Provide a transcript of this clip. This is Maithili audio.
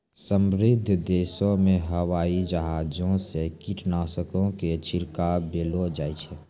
समृद्ध देशो मे हवाई जहाजो से कीटनाशको के छिड़कबैलो जाय छै